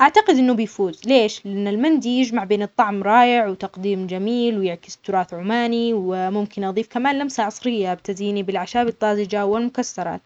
أعتقد إنه بيفوز، ليش؟ لأن المندي يجمع بين الطعم رائع وتقديم جميل ويعكس تراث عماني، وممكن أضيف كمان لمسة عصرية بتزيني بالأعشاب الطازجة والمكسرات.